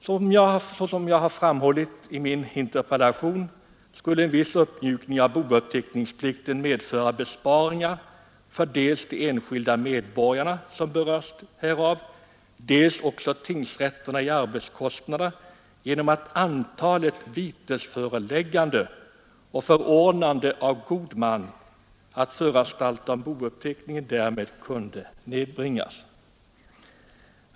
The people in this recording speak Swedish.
Såsom jag har framhållit i min interpellation skulle en viss uppmjukning av bouppteckningsplikten medföra besparingar för dels de enskilda medborgare som berörs härav, dels också tingsrätterna, vilkas arbetskostnader skulle minskas genom att antalet vitesförelägganden och förordnanden av god man att föranstalta bouppteckning kunde nedbringas.